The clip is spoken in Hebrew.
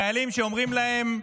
חיילים שאומרים להם: